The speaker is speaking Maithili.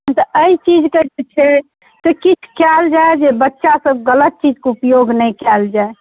तऽ एहि चीजके जे छै से किछु कयल जाए जे बच्चासब गलत चीजके ऊपयोग नहि कयल जाए